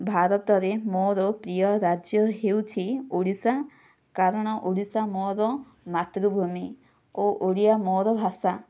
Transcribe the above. ଭାରତରେ ମୋର ପ୍ରିୟ ରାଜ୍ୟ ହେଉଛି ଓଡ଼ିଶା କାରଣ ଓଡ଼ିଶା ମୋର ମାତୃଭୂମି ଓ ଓଡ଼ିଆ ମୋର ଭାଷା